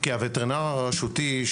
כי הווטרינר הרשותי,